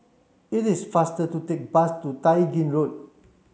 it is faster to take bus to Tai Gin Road